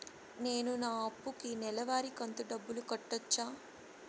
నేను నా అప్పుకి నెలవారి కంతు డబ్బులు కట్టొచ్చా?